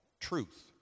truth